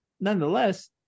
nonetheless